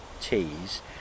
teas